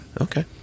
Okay